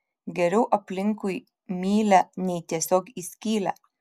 geriau aplinkui mylią nei tiesiog į skylę